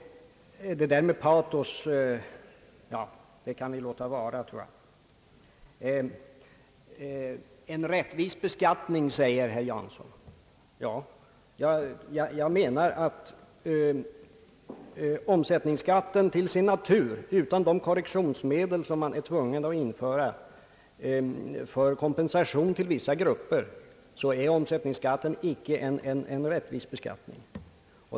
Det där med patos, herr Jansson, tror jag vi kan låta vara. Herr Jansson talar om en rättvis beskattning. Jag menar att omsättningsskatten till sin natur, utan de korrektionsmedel som man är tvungen att införa för att kompensera vissa grupper, icke är en rättvis beskattning.